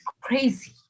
crazy